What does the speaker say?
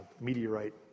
meteorite